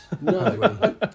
No